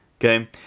okay